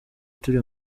turi